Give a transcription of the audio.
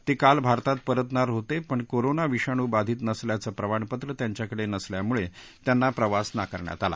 ते काल भारतात परतणार होते पण कोरोना विषाणू बाधित नसल्याचं प्रमाणपत्र त्यांच्याकडे नसल्यामुळे त्यांना प्रवास नाकारण्यात आला